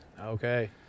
Okay